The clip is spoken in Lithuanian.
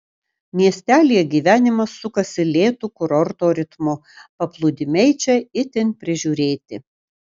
miestelyje gyvenimas sukasi lėtu kurorto ritmu paplūdimiai čia itin prižiūrėti